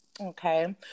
Okay